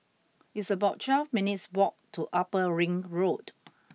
it's about twelve minutes' walk to Upper Ring Road